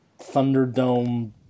Thunderdome